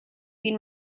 been